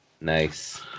Nice